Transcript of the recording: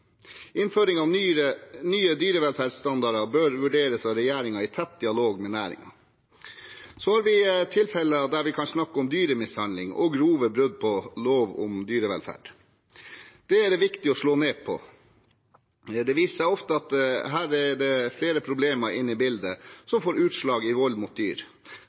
Innføring av nye dyrevelferdsstandarder bør vurderes av regjeringen i tett dialog med næringen. Så har vi tilfeller der vi kan snakke om dyremishandling og grove brudd på lov om dyrevelferd. Det er det viktig å slå ned på. Det viser seg ofte at her er det flere problemer inne i bildet som får utslag i vold mot dyr.